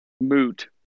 Moot